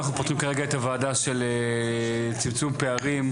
אנחנו פותחים כעת את הישיבה של צמצום פערים,